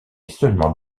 seulement